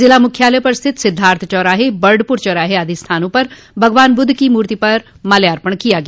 जिला मुख्यालय पर स्थित सिद्वार्थ चौराहे बर्डपुर चौराहे आदि स्थानों पर भगवान बुद्ध की मूर्ति पर माल्यार्पण किया गया